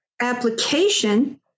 application